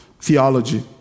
theology